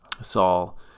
Saul